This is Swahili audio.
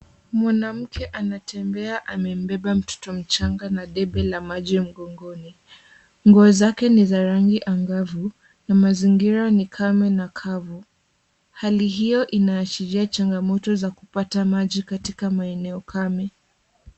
Mwanamke anatembea amembeba mtoto mchanga na debe la maji mgongoni, nguo zake ni za rangi angavu na mazingira ni kame na kavu hali hiyo inaashiria changamoto za kupata maji katika maeneo kame.